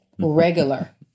regular